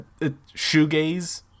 shoegaze